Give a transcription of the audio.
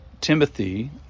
Timothy